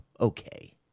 Okay